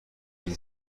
این